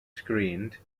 screened